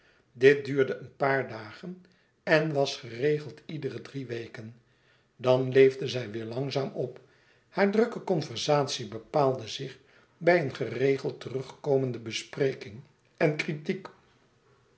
dit duurde een paar dagen en was geregeld iedere drie weken dan leefde zij weêr langzaam op haar drukke conversatie bepaalde zich bij een geregeld terugkomende bespreking en kritiek